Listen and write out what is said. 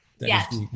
yes